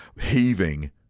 heaving